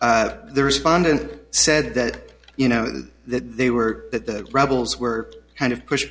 the respondent said that you know that they were that the rebels were kind of push